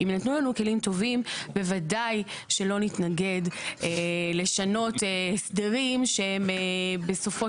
אם יתנו לנו כלים טובים בוודאי שלא נתנגד לשנות הסדרים שהם בסופו